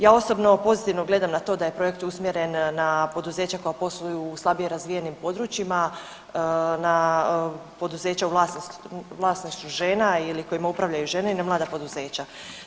Ja osobno pozitivno gledam na to da je projekt usmjeren na poduzeća koja posluju u slabije razvijenim područjima, na poduzeća u vlasništvu žena ili kojima upravljaju žene i na mlada poduzeća.